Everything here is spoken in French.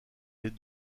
les